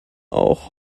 auch